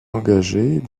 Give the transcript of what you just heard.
engagés